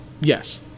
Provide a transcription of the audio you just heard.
Yes